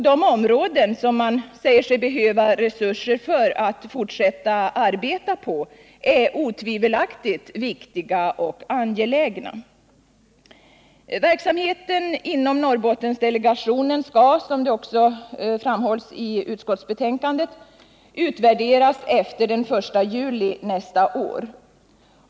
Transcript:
De områden som den säger sig behöva resurser för att fortsätta arbetet på är otvivelaktigt viktiga och angelägna. Verksamheten inom Norrbottendelegationen skall utvärderas efter den 1 juli nästa år.